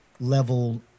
level